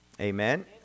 Amen